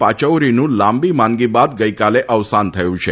પાયૌરીનું લાંબી માંદગી બાદ ગઈકાલે અવસાન થયું છે